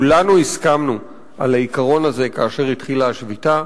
כולנו הסכמנו על העיקרון הזה כאשר התחילה השביתה.